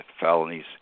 felonies